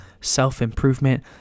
self-improvement